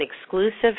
exclusive